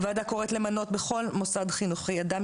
הוועדה קוראת למנות בכל מוסד חינוכי אדם